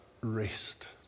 rest